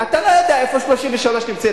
אתה לא יודע איפה 33 נמצאת.